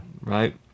Right